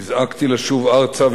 נזעקתי לשוב ארצה,